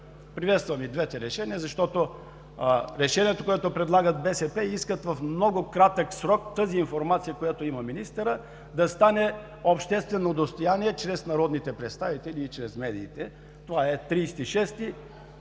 приветствам и двете. Защото решението, което предлагат БСП – те искат в много кратък срок тази информация, която има министърът, да стане обществено достояние чрез народните представители и чрез медиите – това е 30